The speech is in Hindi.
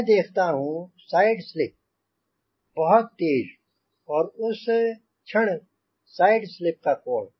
मैं देखता हूँ साइड स्लिप बहुत तेज और उस क्षण साइड स्लिप का कोण